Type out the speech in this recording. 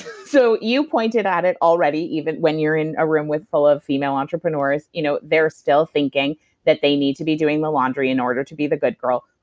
so you pointed at it already, even when you're in a room full of female entrepreneurs, you know they're still thinking that they need to be doing the laundry in order to be the good girl.